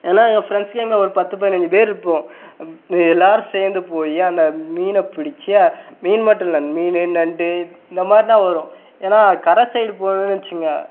ஏன்னா எங்கள் ஃப்ரெண்ட்ஸ் கேங்கில் ஒரு பத்து பதினைஞ்சு பேர் இருப்போம் எல்லோரும் சேர்ந்து போய் அந்த மீனை பிடித்து மீன் மட்டும் இல்லை மீன் நண்டு இந்த மாதிரி தான் வரும் ஏன்னா கரை சைடு போனோம்ன்னு வெச்சிக்கங்க